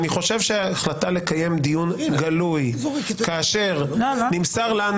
אני חושב שההחלטה לקיים דיון גלוי כאשר נמסר לנו